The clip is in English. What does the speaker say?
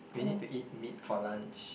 we need to eat meat for lunch